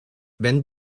when